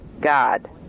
God